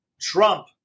Trump